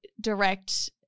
direct